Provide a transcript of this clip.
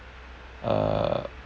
uh